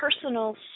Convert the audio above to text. personal